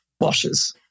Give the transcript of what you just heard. washes